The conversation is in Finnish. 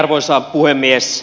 arvoisa puhemies